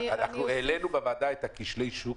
העלנו בוועדה את כשלי השוק,